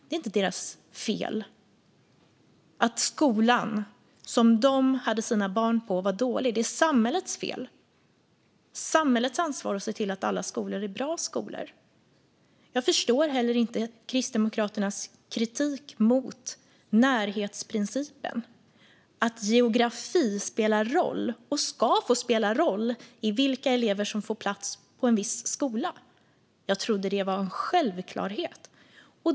Det är inte deras fel att skolan som de hade sina barn på var dålig. Det är samhällets fel. Det är samhällets ansvar att se till att alla skolor är bra skolor. Jag förstår inte heller Kristdemokraternas kritik mot närhetsprincipen, mot att geografi spelar roll och ska få spela roll för vilka elever som får plats på en viss skola. Jag trodde att det var en självklarhet.